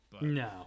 No